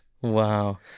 Wow